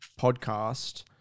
podcast